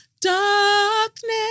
darkness